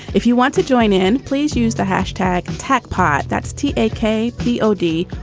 if you want to join in, please use the hashtag tach part. that's t a k p o d.